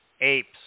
apes